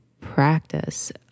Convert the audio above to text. practice